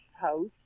house